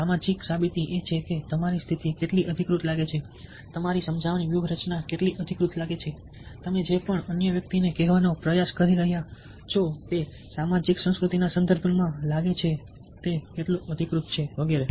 સામાજિક સાબિતી એ છે કે તમારી સ્થિતિ કેટલી અધિકૃત લાગે છે તમારી સમજાવવાની વ્યૂહરચના કેટલી અધિકૃત લાગે છે તમે જે પણ અન્ય વ્યક્તિને કહેવાનો પ્રયાસ કરી રહ્યાં છો તે સામાજિક સાંસ્કૃતિક સંદર્ભમાં લાગે છે તે કેટલું અધિકૃત છે વગેરે